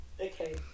okay